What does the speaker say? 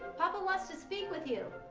papa wants to speak with you.